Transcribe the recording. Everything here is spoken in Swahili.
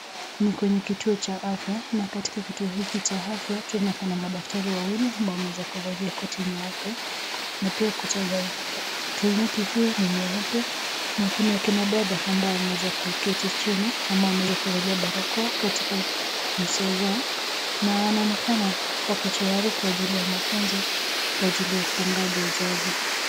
Ni kwenye kituo cha afya na katika kituo hiki cha afya tunaona kuna madaktari wawili ambao wameweza kuvalia koti nyeupe na pia kuta za kliniki hii ni nyeupe na kuna kina dada ambao wameweza kuketi chini ama wameweza kuvalia barakoa katika nyuso zao na wanaonekana wako tayari kwa ajili ya mafunzo kwa ajili ya upangaji uzazi.